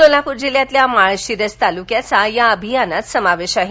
सोलापूर जिल्ह्यातील माळशिरस तालुक्याचा या अभियानात समावेश आहे